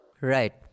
Right